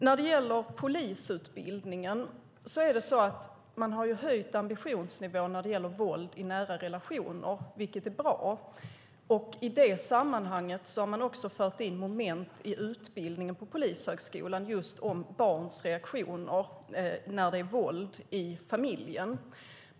När det gäller polisutbildningen har man höjt ambitionsnivån när det gäller våld i nära relationer, vilket är bra. I det sammanhanget har man också fört in moment i utbildningen på Polishögskolan just om barns reaktioner vid våld i familjen.